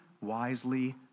wisely